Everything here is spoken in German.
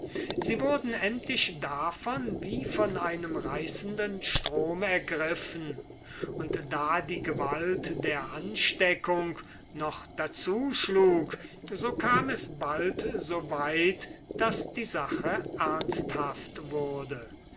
sie wurden endlich davon wie von einem reißenden strom ergriffen und da die gewalt der ansteckung noch dazu schlug so kam es bald so weit daß die sache ernsthaft wurde